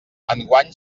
enguany